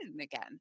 again